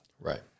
Right